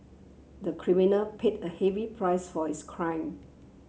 the criminal paid a heavy price for his crime